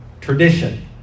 tradition